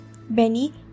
Benny